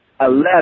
eleven